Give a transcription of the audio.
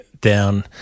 down